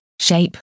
shape